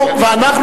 או התגייר כדין.